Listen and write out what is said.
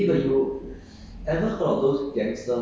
so ya so